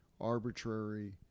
arbitrary